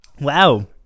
wow